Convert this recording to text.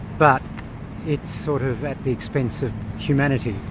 but it's sort of at the expense of humanity.